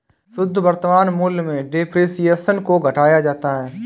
शुद्ध वर्तमान मूल्य में डेप्रिसिएशन को घटाया जाता है